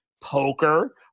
poker